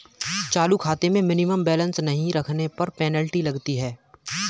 चालू खाते में मिनिमम बैलेंस नहीं रखने पर पेनल्टी लगती है